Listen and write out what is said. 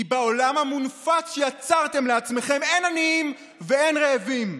כי בעולם המונפץ שיצרתם לעצמכם אין עניים ואין רעבים,